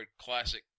classic